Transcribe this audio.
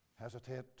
hesitate